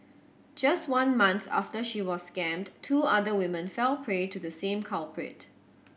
just one month after she was scammed two other women fell prey to the same culprit